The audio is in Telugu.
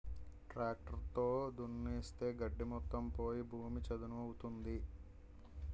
ట్రాక్టర్ తో దున్నిస్తే గడ్డి మొత్తం పోయి భూమి చదును అవుతుంది